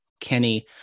Kenny